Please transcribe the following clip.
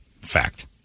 Fact